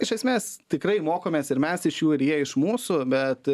iš esmės tikrai mokomės ir mes iš jų ir jie iš mūsų bet